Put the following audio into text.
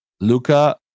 Luca